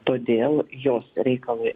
todėl jos reikalui